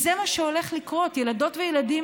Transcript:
כי זה מה שהולך לקרות, ילדות וילדים